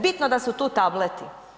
Bitno da su tu tableti.